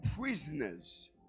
prisoners